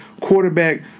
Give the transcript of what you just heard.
quarterback